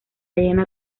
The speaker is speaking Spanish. llena